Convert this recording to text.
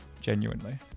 Genuinely